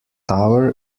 tower